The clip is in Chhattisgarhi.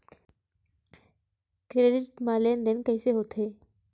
क्रेडिट मा लेन देन कइसे होथे?